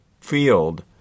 field